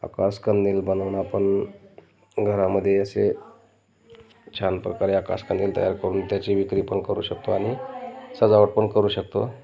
आकाशकंदील बनवून आपण घरामध्ये असे छान प्रकारे आकाशकंदील तयार करून त्याची विक्री पण करू शकतो आणि सजावट पण करू शकतो